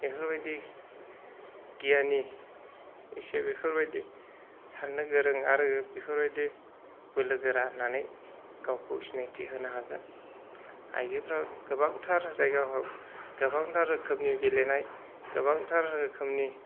बेफोरबायदि गियानि इसे बेफोरबायदि साननो गोरों आरो बेफोरबायदि बोलोगोरा होननानै गावखौ सिनायथि होनो हागोन आइजोफोरा गोबांथार जायगाफ्राव गोबांथार रोखोमनि गेलेनाय गोबांथार रोखोमनि